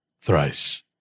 Thrice